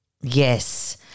Yes